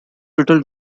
riddled